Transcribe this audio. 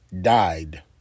died